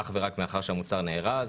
אך ורק מאחר שהמוצר נארז",